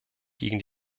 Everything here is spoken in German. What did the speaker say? gegen